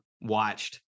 watched